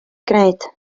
gwneud